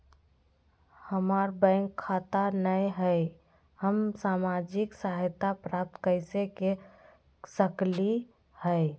हमार बैंक खाता नई हई, हम सामाजिक सहायता प्राप्त कैसे के सकली हई?